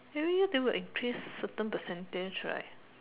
every year they will increase certain percentage right